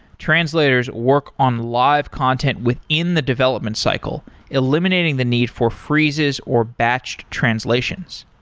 translators work on live content within the development cycle, eliminating the need for freezes or batched translations.